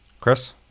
Chris